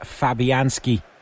Fabianski